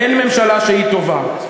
אין ממשלה שהיא טובה.